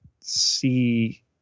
see